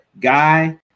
guy